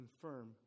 confirm